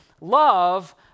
Love